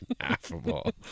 affable